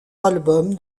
album